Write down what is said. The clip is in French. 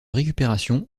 récupération